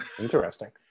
Interesting